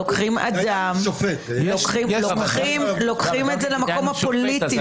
לוקחים את זה למקום הפוליטי,